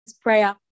prayer